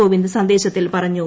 കോവിന്ദ് സന്ദേശത്തിൽ പറഞ്ഞു